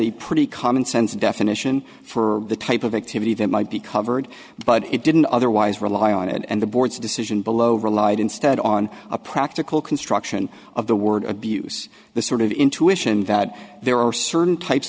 a pretty common sense definition for the type of activity that might be covered but it didn't otherwise rely on it and the board's decision below relied instead on a practical construction of the word abuse the sort of intuition that there are certain types